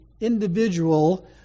individual